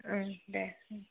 ओं दे